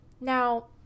Now